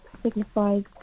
signifies